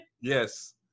Yes